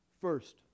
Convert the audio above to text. First